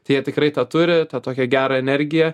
tie jie tikrai tą turi tą tokią gerą energiją